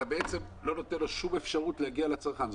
אתה בעצם לא נותן לו שום אפשרות להגיע לצרכן.